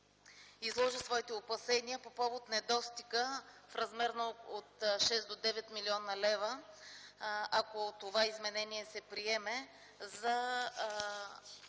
изложи своите опасения по повод недостига в размер от 6 до 9 млн. лв., ако това изменение се приеме,